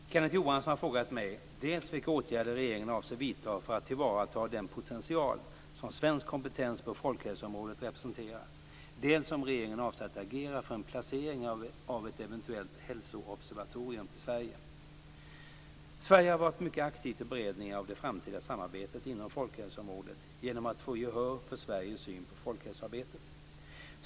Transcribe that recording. Fru talman! Kenneth Johansson har frågat mig dels vilka åtgärder regeringen avser vidta för att tillvarata den potential som svensk kompetens på folkhälsoområdet representerar, dels om regeringen avser att agera för en placering av ett eventuellt hälsoobservatorium till Sverige. Sverige har varit mycket aktivt i beredningen av det framtida samarbetet inom folkhälsoområdet genom att få gehör för Sveriges syn på folkhälsoarbetet.